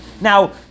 Now